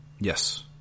Yes